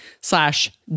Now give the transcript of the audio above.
slash